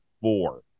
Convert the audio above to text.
four